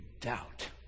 doubt